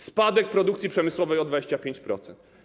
Spadek produkcji przemysłowej o 25%.